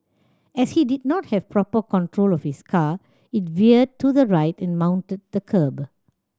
as he did not have proper control of his car it veered to the right and mounted the kerb